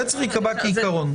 זה צריך להיקבע כעיקרון.